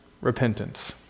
repentance